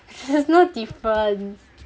there's no difference